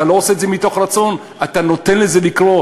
אתה לא עושה את זה מתוך רצון, אתה נותן לזה לקרות.